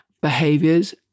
behaviors